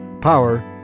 power